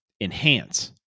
enhance